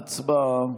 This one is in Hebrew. הצבעה.